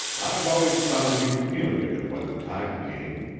i've always found you communicative when the time came.